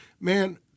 man